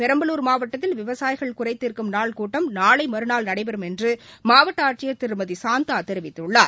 பெரம்பலூர் மாவட்டத்தல் விவசாயிகள் குறைதீர்க்கும் நாள் கூட்டம் நாளைமறுநாள் நடைபெறும் என்றுமாவட்டஆட்சியர் திருமதிசாந்தாதெரிவித்துள்ளார்